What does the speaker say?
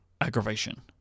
aggravation